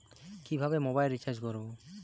কিভাবে mobile recharge করব?